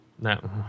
No